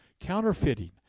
Counterfeiting